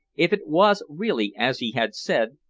if it was really, as he had said,